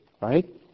Right